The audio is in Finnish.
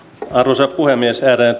arvoisa puhemieselleet